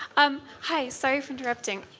um hi. sorry for interrupting.